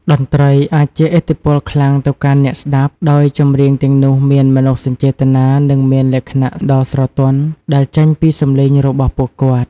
តន្រ្តីអាចជះឥទ្ធិពលខ្លាំងទៅកាន់អ្នកស្តាប់ ដោយចម្រៀងទាំងនោះមានមនោសញ្ចេតនានិងមានលក្ខណៈដ៏ស្រទន់ដែលចេញពីសម្លេងរបស់ពួកគាត់។